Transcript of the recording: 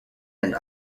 and